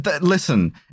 Listen